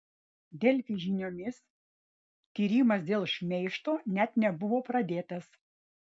delfi žiniomis tyrimas dėl šmeižto net nebuvo pradėtas